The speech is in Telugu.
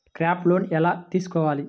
క్రాప్ లోన్ ఎలా తీసుకోవాలి?